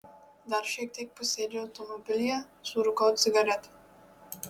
dar šiek tiek pasėdžiu automobilyje surūkau cigaretę